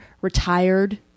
retired